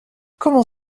comment